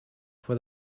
for